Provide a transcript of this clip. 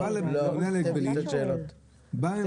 באיזה שנים?